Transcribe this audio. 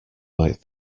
might